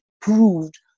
proved